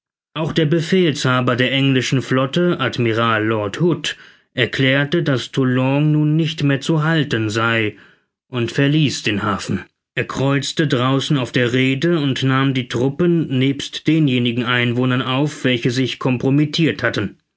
auch der befehlshaber der englischen flotte admiral lord hood erklärte daß toulon nun nicht mehr zu halten sei und verließ den hafen er kreuzte draußen auf der rhede und nahm die truppen nebst denjenigen einwohnern auf welche sich compromittirt hatten